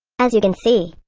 as you can see,